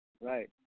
Right